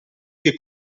che